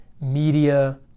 media